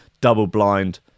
double-blind